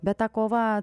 bet ta kova